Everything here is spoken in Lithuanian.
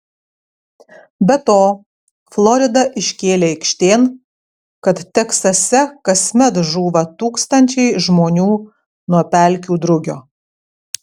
be to florida iškėlė aikštėn kad teksase kasmet žūva tūkstančiai žmonių nuo pelkių drugio